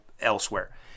elsewhere